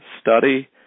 study